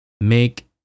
make